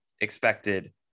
expected